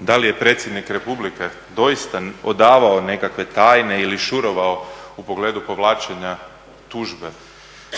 Da li je Predsjednik Republike doista odavao nekakve tajne ili šurovao u pogledu povlačenja tužbe